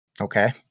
Okay